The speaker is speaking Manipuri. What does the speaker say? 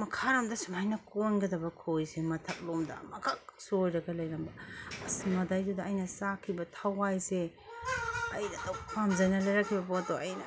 ꯃꯈꯥꯂꯣꯝꯗ ꯁꯨꯃꯥꯏꯅ ꯀꯣꯟꯒꯗꯕ ꯈꯣꯏꯁꯦ ꯃꯊꯛ ꯂꯣꯝꯗ ꯑꯃꯛꯈꯛ ꯁꯣꯏꯔꯒ ꯂꯩꯔꯝꯕ ꯑꯁ ꯃꯗꯩꯗꯨꯗ ꯑꯩꯅ ꯆꯥꯛꯈꯤꯕ ꯊꯋꯥꯏꯁꯦ ꯑꯩꯅ ꯑꯗꯨꯛ ꯄꯥꯝꯖꯅ ꯂꯩꯔꯛꯈꯤꯕ ꯄꯣꯠꯇꯣ ꯑꯩꯅ